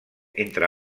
entre